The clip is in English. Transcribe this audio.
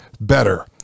better